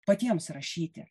patiems rašyti